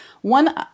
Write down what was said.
One